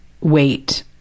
wait